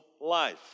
life